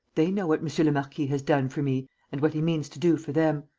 they know what monsieur le marquis has done for me and what he means to do for them.